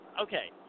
okay